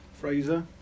Fraser